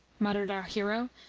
muttered our hero,